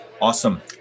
Awesome